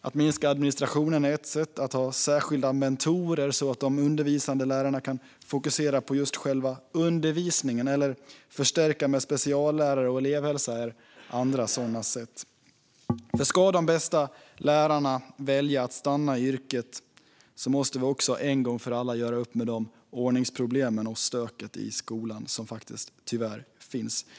Att minska administrationen är ett sätt, att ha särskilda mentorer så att de undervisande lärarna kan fokusera på just själva undervisningen eller förstärka med speciallärare och elevhälsa är andra sätt. Ska de bästa lärarna välja att stanna i yrket måste vi också en gång för alla göra upp med de ordningsproblem och det stök som tyvärr finns i skolan.